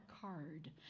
card